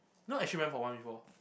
know actually I went for one before